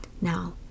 now